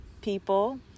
people